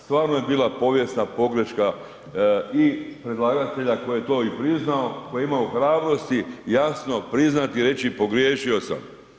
Stvarno je bila pogrešna pogreška i predlagatelja koji je to i priznao, koji je imao hrabrosti jasno priznati i reći pogriješio sam.